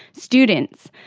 students.